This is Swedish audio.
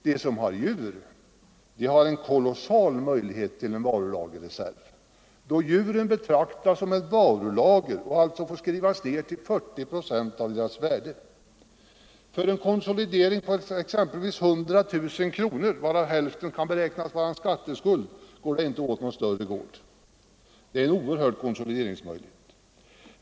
De som har djur har en kolossal möjlighet att utnyttja varulagerreserven. Djuren betraktas ju som ett varulager, vilket alltså får skrivas ner till 40 procent av värdet. För en konsolidering på exempelvis 100 000 kronor, varav hälften kan beräknas vara skatteskuld, behövs inte någon större gård. Det är en oerhörd konsolideringsmöjlighet.